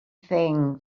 things